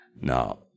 Now